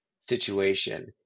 situation